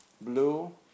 blue